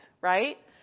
right